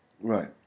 Right